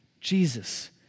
Jesus